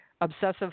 obsessive